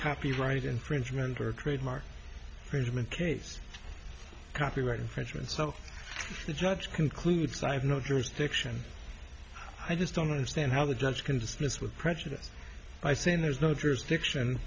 copyright infringement for a trademark for human case copyright infringement so the judge concludes i have no jurisdiction i just don't understand how the judge can dismissed with prejudice by saying there's no jurisdiction